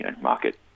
market